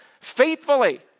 faithfully